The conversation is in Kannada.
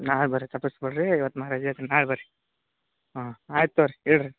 ನಾಳೆ ಬನ್ರಿ ತಪ್ಪಿಸಬೇಡ್ರಿ ಇವತ್ತು ನಾ ರಜೆ ಇದೀನಿ ನಾಳೆ ಬನ್ರಿ ಹಾಂ ಆಯ್ತು ತಗೋರಿ ಇಡಿರಿ